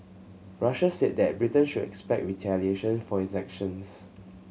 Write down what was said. Russia said that Britain should expect retaliation for its actions